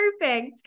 perfect